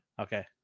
Okay